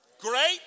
great